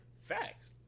Facts